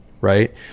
right